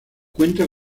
cuenta